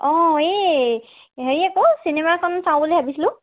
অ এই হেৰি আকৌ চিনেমা এখন চাওঁ বুলি ভাবিছিলোঁ